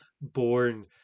born